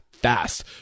fast